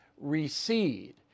recede